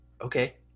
okay